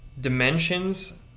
dimensions